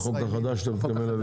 בחוק החדש שאתה מתכוון להביא?